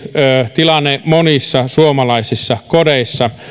tilanne monissa suomalaisissa kodeissa